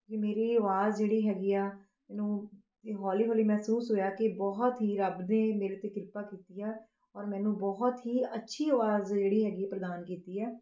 ਇਹ ਮੇਰੀ ਅਵਾਜ਼ ਜਿਹੜੀ ਹੈਗੀ ਆ ਮੈਨੂੰ ਹੌਲੀ ਹੌਲੀ ਮਹਿਸੂਸ ਹੋਇਆ ਕਿ ਬਹੁਤ ਹੀ ਰੱਬ ਦੀ ਮੇਰੇ 'ਤੇ ਕਿਰਪਾ ਕੀਤੀ ਆ ਔਰ ਮੈਨੂੰ ਬਹੁਤ ਹੀ ਅੱਛੀ ਅਵਾਜ਼ ਜਿਹੜੀ ਹੈਗੀ ਹੈ ਪ੍ਰਦਾਨ ਕੀਤੀ ਹੈ